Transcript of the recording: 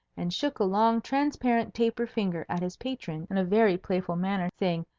and shook a long transparent taper finger at his patron in a very playful manner, saying,